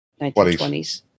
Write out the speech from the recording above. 1920s